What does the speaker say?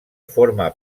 forma